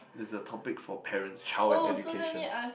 there's a topic for parents child and education